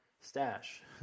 stash